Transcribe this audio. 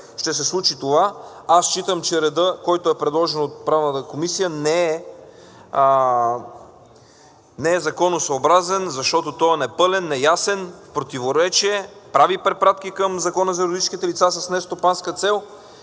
ще се случи това. Аз считам, че редът, който е предложен от Правната комисия, не е законосъобразен, защото той е непълен, неясен, в противоречие. Прави препратки към Закона за юридическите лица с нестопанска цел,